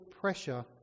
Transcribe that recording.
pressure